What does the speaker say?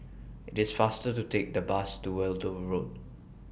IT IS faster to Take The Bus to Weld Road